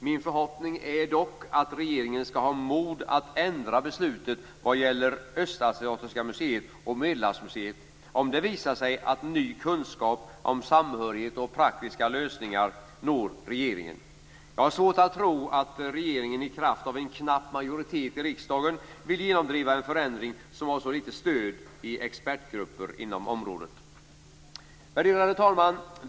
Min förhoppning är dock att regeringen skall ha mod att ändra beslutet vad gäller Östasiatiska museet och Medelhavsmuseet, om det visar sig att ny kunskap om samhörighet och praktiska lösningar når regeringen. Jag har svårt att tro att regeringen i kraft av en knapp majoritet i riksdagen vill genomdriva en förändring som har så litet stöd i expertgrupper inom området. Värderade talman!